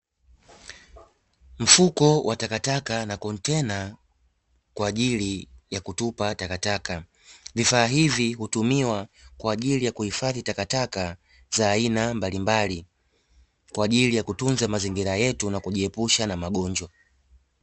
Mfuko wa takataka na kontena kwa ajili ya kutupa takataka, vifaa hivi hutumiwa kwa ajili ya kuhifadhi taka taka za aina mbalimbali kwa ajili ya kutunza mazingira yetu na kujikinga na magonjwa.